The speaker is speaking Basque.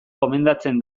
gomendatzen